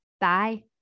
Bye